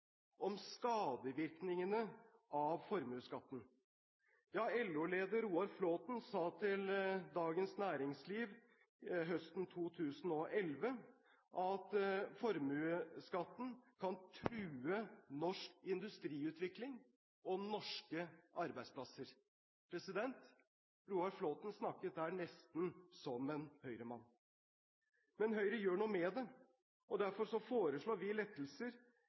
om skadevirkningene av formuesskatten. LO-leder Roar Flåthen sa til Dagens Næringsliv høsten 2011 at formuesskatten kan true norsk industriutvikling og norske arbeidsplasser. Roar Flåthen snakket den gang nesten som en Høyre-mann. Men Høyre gjør noe med det. Derfor foreslår vi lettelser